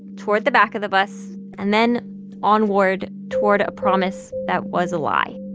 toward the back of the bus and then onward toward a promise that was a lie